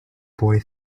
boy